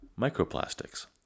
microplastics